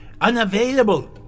unavailable